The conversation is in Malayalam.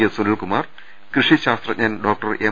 എസ് സുനിൽകു മാർ കൃഷി ശാസ്ത്രജ്ഞൻ ഡോക്ടർ എം